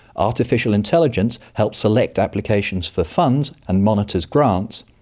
artificial intelligence helps select applications for funds and monitors grants,